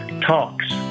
talks